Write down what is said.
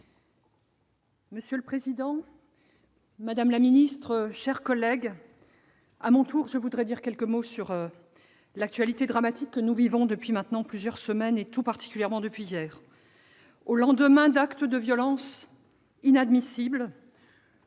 Monsieur le président, madame la ministre, mes chers collègues, à mon tour je voudrais dire quelques mots de l'actualité dramatique que nous vivons depuis plusieurs semaines, et tout particulièrement depuis hier. Au lendemain d'actes de violence inadmissibles,